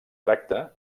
tracta